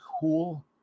cool